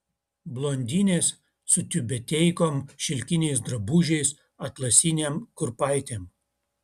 blondinės su tiubeteikom šilkiniais drabužiais atlasinėm kurpaitėm